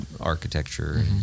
architecture